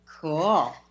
Cool